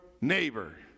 neighbor